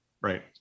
Right